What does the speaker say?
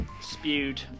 Spewed